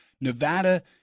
Nevada